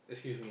excuse me